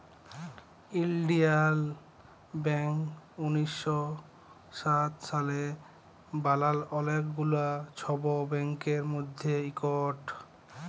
ইলডিয়াল ব্যাংক উনিশ শ সাত সালে বালাল অলেক গুলা ছব ব্যাংকের মধ্যে ইকট